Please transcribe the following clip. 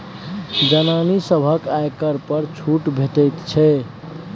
जनानी सभकेँ आयकर पर छूट भेटैत छै